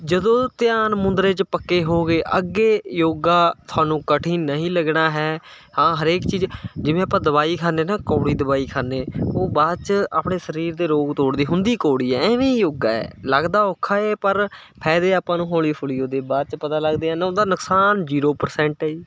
ਜਦੋਂ ਧਿਆਨ ਮੁੰਦਰੇ 'ਚ ਪੱਕੇ ਹੋਗੇ ਅੱਗੇ ਯੋਗਾ ਤੁਹਾਨੂੰ ਕਠਿਨ ਨਹੀਂ ਲੱਗਣਾ ਹੈ ਹਾਂ ਹਰੇਕ ਚੀਜ਼ ਜਿਵੇਂ ਆਪਾਂ ਦਵਾਈ ਖਾਨੇ ਨਾ ਕੌੜੀ ਦਵਾਈ ਖਾਨੇ ਉਹ ਬਾਅਦ 'ਚ ਆਪਣੇ ਸਰੀਰ ਦੇ ਰੋਗ ਤੋੜਦੇ ਹੁੰਦੀ ਕੋੜੀ ਹੈ ਇਵੇਂ ਹੀ ਯੋਗਾ ਹੈ ਲੱਗਦਾ ਔਖਾ ਏ ਪਰ ਫਾਇਦੇ ਆਪਾਂ ਨੂੰ ਹੌਲੀ ਹੌਲੀ ਉਹਦੇ ਬਾਅਦ 'ਚ ਪਤਾ ਲੱਗਦੇ ਉਹਦਾ ਨੁਕਸਾਨ ਜ਼ੀਰੋ ਪਰਸੇਂਟ